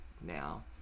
now